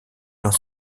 dans